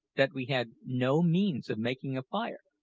that we had no means of making a fire.